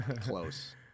close